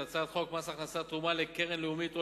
הצעת חוק מס הכנסה (תרומה לקרן לאומית או